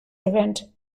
event